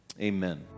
Amen